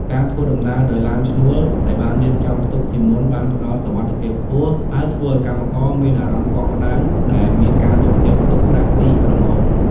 ការធ្វើដំណើរដោយឡានឈ្នួលដែលបានរៀបចំទុកជាមុនបានផ្តល់សុវត្ថិភាពខ្ពស់ ហើយធ្វើឱ្យកម្មករមានអារម្មណ៍កក់ក្តៅដែលមានការយកចិត្តទុកដាក់ពីក្រុមហ៊ុន។